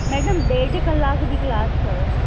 madam ॾेढ कलाक जी क्लास अथव